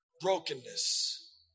brokenness